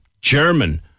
German